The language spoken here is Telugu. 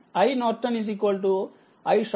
IN iSCషార్ట్ సర్క్యూట్ కరెంట్